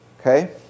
okay